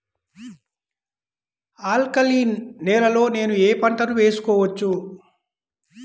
Alkaline నేలలో నేనూ ఏ పంటను వేసుకోవచ్చు?